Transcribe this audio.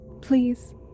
Please